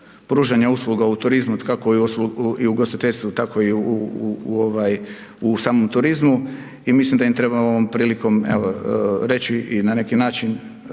pružanja usluga u turizmu, kako i u ugostiteljstvu, tako i u samom turizmu i mislim da im treba ovom prilikom, evo reći i na neki način